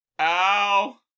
Ow